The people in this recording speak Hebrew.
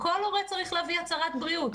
כל הורה צריך להביא הצהרת בריאות.